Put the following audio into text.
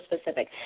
specific